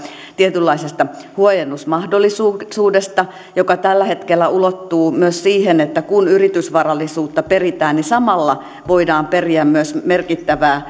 tietynlaisesta huojennusmahdollisuudesta joka tällä hetkellä ulottuu myös siihen että kun yritysvarallisuutta peritään niin samalla voidaan periä myös merkittävää